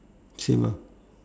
same ah